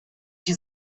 die